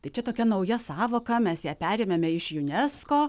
tai čia tokia nauja sąvoka mes ją perėmėme iš junesko